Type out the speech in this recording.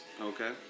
okay